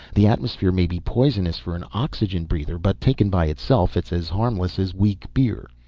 the atmosphere may be poisonous for an oxygen breather, but taken by itself it's as harmless as weak beer.